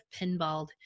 pinballed